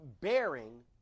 bearing